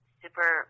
super